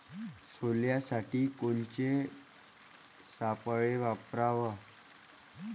सोल्यासाठी कोनचे सापळे वापराव?